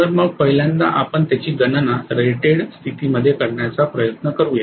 तर मग पहिल्यांदा आपण त्याची गणना रेटेड स्थितीमध्ये करण्याचा प्रयत्न करूया